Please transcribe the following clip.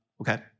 okay